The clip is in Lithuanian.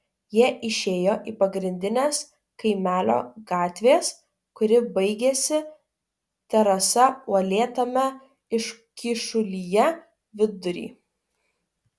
jie išėjo į pagrindinės kaimelio gatvės kuri baigėsi terasa uolėtame iškyšulyje vidurį